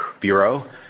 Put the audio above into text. bureau